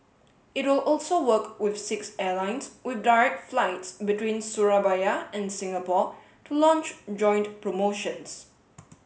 it will also work with six airlines with direct flights between Surabaya and Singapore to launch joint promotions